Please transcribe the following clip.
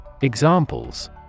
Examples